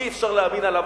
אי-אפשר להאמין עליו,